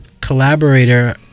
collaborator